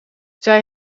zij